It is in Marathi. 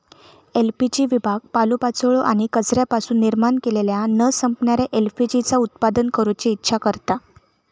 एल.पी.जी विभाग पालोपाचोळो आणि कचऱ्यापासून निर्माण केलेल्या न संपणाऱ्या एल.पी.जी चा उत्पादन करूची इच्छा करता